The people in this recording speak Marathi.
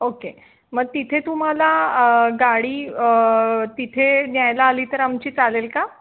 ओके मग तिथे तुम्हाला गाडी तिथे न्यायला आली तर आमची चालेल का